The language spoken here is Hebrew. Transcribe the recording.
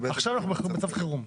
עכשיו אנחנו במצב חירום.